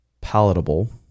palatable